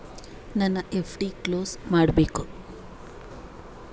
ನನ್ನ FD close ಮಾಡಬೇಕು